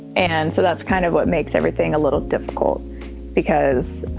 and so that's kind of what makes everything a little difficult because